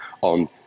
on